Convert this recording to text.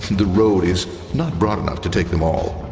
the road is not broad enough to take them all.